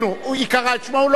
היא קראה את שמו, והוא לא ענה.